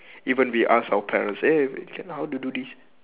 even we ask our parents eh can how to do this